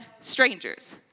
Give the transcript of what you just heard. strangers